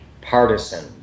partisan